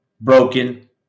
broken